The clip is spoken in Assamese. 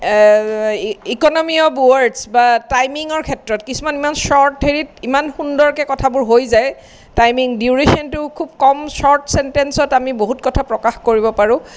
ইকনমি অফ ৱৰ্ডচ বা টাইমিঙৰ ক্ষেত্ৰত কিছুমান ছৰ্ট হেৰিত ইমান সুন্দৰকৈ কথাবোৰ হৈ যায় টাইমিং ডিউৰিছনটো খুব কম ছৰ্ট ছেণ্টেন্সত আমি বহুত কথা প্ৰকাশ কৰিব পাৰোঁ